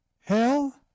hell